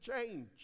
change